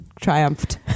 triumphed